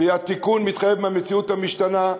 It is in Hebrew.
והתיקון מתחייב מהמציאות המשתנה,